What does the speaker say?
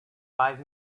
five